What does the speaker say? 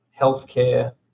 healthcare